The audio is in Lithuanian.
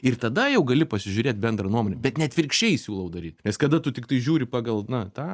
ir tada jau gali pasižiūrėt bendrą nuomonę bet ne atvirkščiai siūlau daryt nes kada tu tiktai žiūri pagal na tą